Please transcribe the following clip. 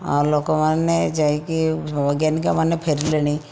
ଲୋକମାନେ ଯାଇକି ବୈଜ୍ଞାନିକମାନେ ଫେରିଲେଣି